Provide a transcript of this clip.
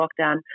lockdown